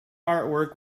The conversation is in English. artwork